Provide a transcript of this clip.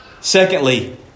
Secondly